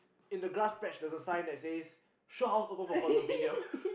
in the grass patch there's a sign that says show house open for condominium